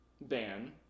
ban